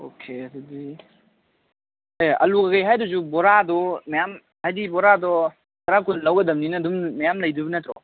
okay ꯑꯗꯨꯗꯤ ꯑꯜꯂꯨ ꯀꯔꯤ ꯀꯔꯥ ꯍꯥꯏꯔꯤꯗꯨꯁꯨ ꯕꯣꯔꯥꯗꯣ ꯃꯌꯥꯝ ꯍꯥꯏꯕꯗꯤ ꯕꯣꯔꯥꯗꯣ ꯇꯔꯥꯀꯨꯟ ꯂꯧꯒꯗꯕꯅꯤꯅ ꯑꯗꯨꯝ ꯃꯌꯥꯝ ꯂꯩꯒꯗꯧꯕ ꯅꯠꯇ꯭ꯔꯣ